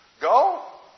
Go